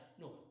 No